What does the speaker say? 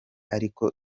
ariko